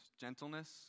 gentleness